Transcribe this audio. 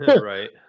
Right